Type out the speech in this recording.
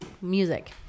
music